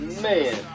man